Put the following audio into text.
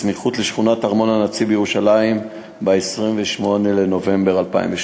סמוך לשכונת ארמון-הנציב בירושלים ב-28 בנובמבר 2013,